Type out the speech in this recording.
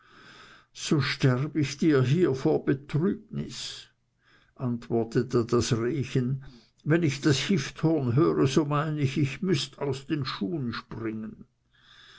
so sterb ich dir hier vor betrübnis antwortete das rehchen wenn ich das hifthorn höre so mein ich ich müßt aus den schuhen springen